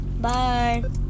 bye